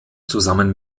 zusammen